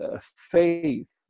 faith